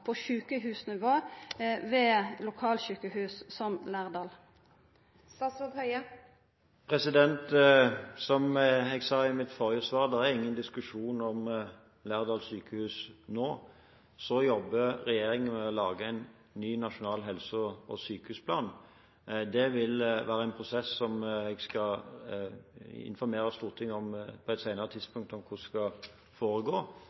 på sjukehusnivå ved lokalsjukehus som Lærdal? Som jeg sa i mitt forrige svar, er det ingen diskusjon om Lærdal sjukehus nå. Regjeringen jobber med å lage en ny nasjonal helse- og sykehusplan. Det vil være en prosess som jeg skal informere Stortinget om på et senere tidspunkt, om hvordan det skal foregå.